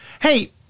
Hey